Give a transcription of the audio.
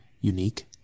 unique